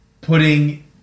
putting